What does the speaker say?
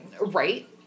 Right